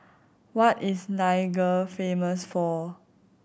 what is Niger famous for